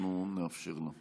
אנחנו מאפשרים לה.